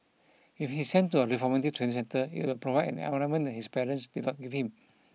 if he's sent to a reformative training centre it would provide an environment that his parents did not give him